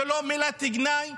זה לא מילת גנאי,